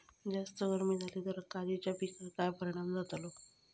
जास्त गर्मी जाली तर काजीच्या पीकार काय परिणाम जतालो?